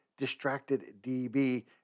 DistractedDB